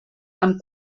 amb